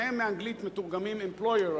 באנגלית שניהם מתורגמים כ-employer,